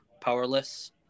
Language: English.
powerless